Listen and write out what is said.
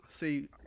See